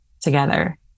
together